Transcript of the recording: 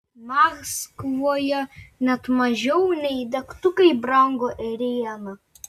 maskvoje net mažiau nei degtukai brango ėriena